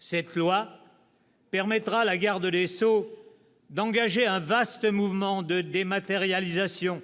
Cette loi permettra à la garde des sceaux d'engager un vaste mouvement de dématérialisation,